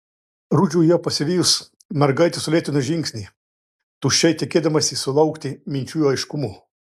rudžiui ją pasivijus mergaitė sulėtino žingsnį tuščiai tikėdamasi sulaukti minčių aiškumo